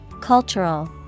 Cultural